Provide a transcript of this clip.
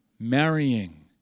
Marrying